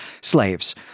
slaves